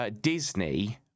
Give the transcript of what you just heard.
Disney